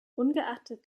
ungeachtet